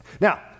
now